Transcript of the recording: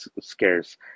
scarce